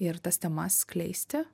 ir tas temas skleisti